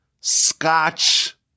scotch